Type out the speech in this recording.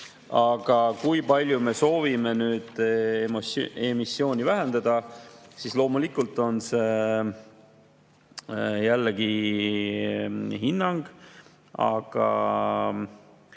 Aga kui palju me soovime emissiooni vähendada? Loomulikult on see jällegi hinnang, aga